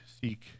seek